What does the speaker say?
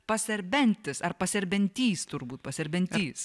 paserbentis ar paserbentys turbūt paserbentys